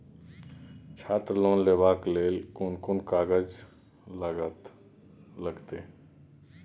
छात्र लोन लेबाक लेल कोन कोन कागज लागतै?